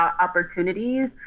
opportunities